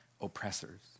oppressors